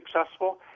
successful